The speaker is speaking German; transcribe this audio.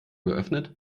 geöffnet